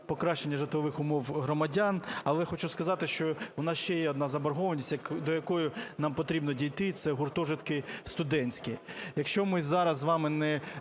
покращення житлових умов громадян, але хочу сказати, що у нас ще є одна заборгованість, до якої нам потрібно дійти, – це гуртожитки студентські. Якщо ми зараз з вами не